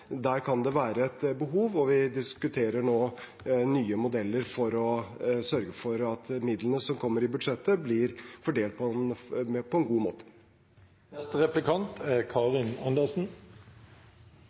Der kan det være et behov, og vi diskuterer nå nye modeller for å sørge for at midlene som kommer i budsjettet, blir fordelt på en